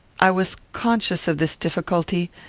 i was conscious of this difficulty,